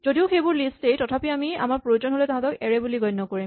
যদিও সেইবোৰ লিষ্ট এই তথাপি আমি আমাৰ প্ৰয়োজন হ'লে তাহাঁতক এৰে বুলি গণ্য কৰিম